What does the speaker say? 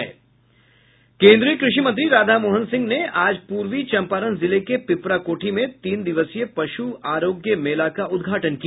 केन्द्रीय कृषि मंत्री राधामोहन सिंह ने आज पूर्वी चंपारण जिले के पिपरा कोठी में तीन दिवसीय पशु आरोग्य मेला का उद्घाटन किया